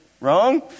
wrong